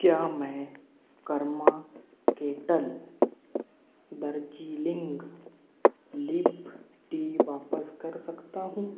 क्या मैं Karma Kettle Darjeeling leaf tea वापस कर सकता हूँ